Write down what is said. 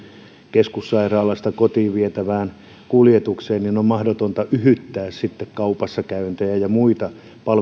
keskussairaalasta kotiin vietävään kuljetukseen siihen on mahdotonta yhyttää sitten kaupassa käyntejä ja muita